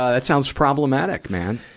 ah it sounds problematic, man.